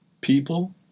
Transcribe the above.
people